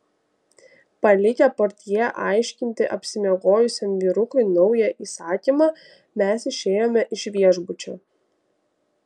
palikę portjė aiškinti apsimiegojusiam vyrukui naują įsakymą mes išėjome iš viešbučio